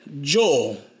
Joel